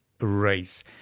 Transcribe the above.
race